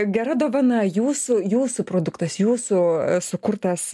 gera dovana jūsų jūsų produktas jūsų sukurtas